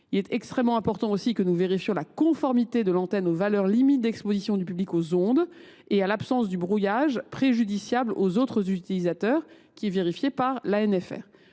Il est extrêmement important aussi que nous vérifiions la conformité de l’antenne aux valeurs limites d’exposition du public aux ondes et l’absence de brouillage préjudiciable aux autres utilisateurs, ce que vérifie l’ANFR.